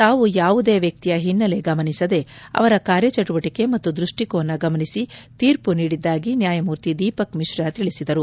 ತಾವು ಯಾವುದೇ ವ್ಯಕ್ತಿಯ ಹಿನ್ನೆಲೆ ಗಮನಿಸದೆ ಅವರ ಕಾರ್ಯಚಟುವಟಕೆ ಮತ್ತು ದೃಷ್ಟಿಕೋನ ಗಮನಿಸಿ ತೀರ್ಮ ನೀಡಿದ್ದಾಗಿ ನ್ಲಾಯಮೂರ್ತಿ ದೀಪಕ್ ಮಿಶ್ರಾ ತಿಳಿಸಿದರು